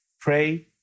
Pray